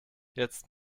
jetzt